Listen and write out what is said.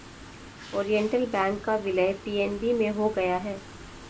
Oriental Bank का विलय PNB में हो गया है